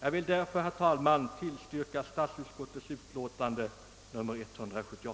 Jag vill därför, herr talman, yrka bifall till statsutskottets hemställan i utlåtande nr 178.